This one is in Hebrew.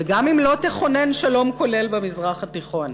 וגם אם לא תכונן שלום כולל במזרח התיכון,